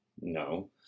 No